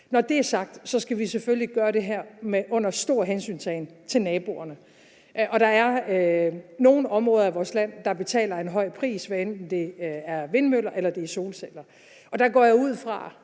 Når det er sagt, skal vi selvfølgelig gøre det her under stor hensyntagen til naboerne. Der er nogle områder af vores land, der betaler en høj pris, hvad enten det er vindmøller, eller det er solceller. Der går jeg ud fra,